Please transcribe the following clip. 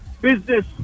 business